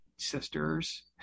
sisters